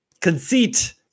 conceit